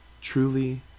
Truly